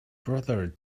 brother